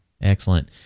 Excellent